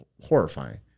horrifying